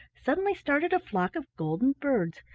suddenly started a flock of golden birds.